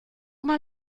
mal